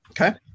Okay